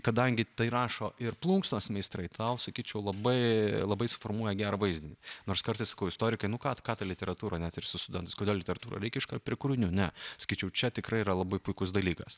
kadangi tai rašo ir plunksnos meistrai tau sakyčiau labai labai suformuoja gerą vaizdinį nors kartais istorikai nu ką ką ta literatūra net ir su studentais kodėl literatūra reikia iškart prie kūrinių ne sakyčiau čia tikrai yra labai puikus dalykas